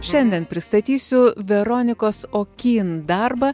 šiandien pristatysiu veronikos okyn darbą